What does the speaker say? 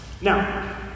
Now